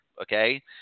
Okay